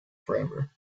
forever